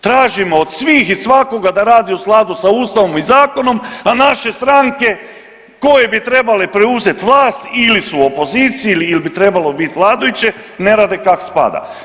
Tražimo od svih i svakoga da radi u skladu sa Ustavom i zakonom, a naše stranke koje bi trebale preuzeti vlast ili su u opoziciji ili bi trebalo bit vladajuće ne rade kako spada.